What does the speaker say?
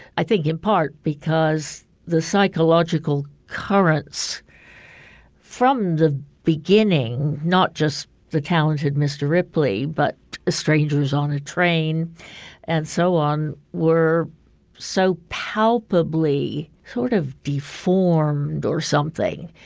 i think in part because the psychological currents from the beginning, not just the talented mr. ripley, but strangers on a train and so on, were so palpably sort of deformed or something.